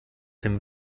dem